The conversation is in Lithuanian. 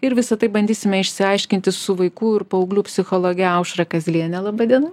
ir visa tai bandysime išsiaiškinti su vaikų ir paauglių psichologe aušra kazliene laba diena